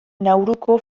nauruko